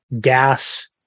gas